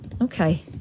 Okay